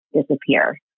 disappear